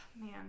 man